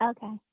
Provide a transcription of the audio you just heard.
Okay